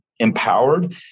empowered